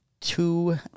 Two